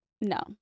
No